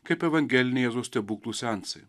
kaip evangeliniai jėzaus stebuklų seansai